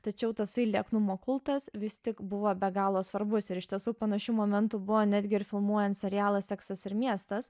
tačiau tasai lieknumo kultas vis tik buvo be galo svarbus ir iš tiesų panašių momentų buvo netgi ir filmuojant serialą seksas ir miestas